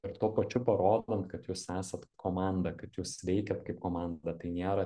ir tuo pačiu parodant kad jūs esat komanda kad jūs veikiat kaip komanda tai nėra